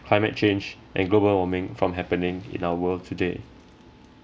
climate change and global warming from happening in our world today